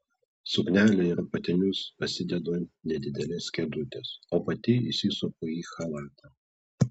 suknelę ir apatinius pasidedu ant nedidelės kėdutės o pati įsisupu į chalatą